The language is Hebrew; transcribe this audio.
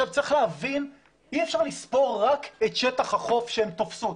צריך להבין שאי אפשר לספור רק את שטח החוף שהן תופסות.